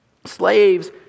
Slaves